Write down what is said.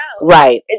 Right